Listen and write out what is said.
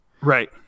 right